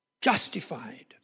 Justified